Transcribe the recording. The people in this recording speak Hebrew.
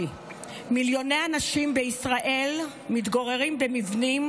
מיליוני אנשים בישראל מתגוררים במבנים